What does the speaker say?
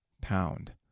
pound